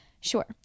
Sure